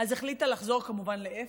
אז החליטה לחזור, כמובן, לאיפה?